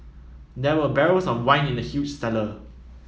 there were barrels of wine in the huge cellar